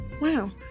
wow